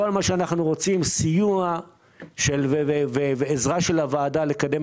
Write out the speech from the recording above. כל שאנחנו רוצים הוא סיוע ועזרה של הוועדה לקדם